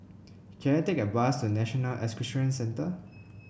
can I take a bus to National Equestrian Centre